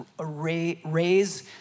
raise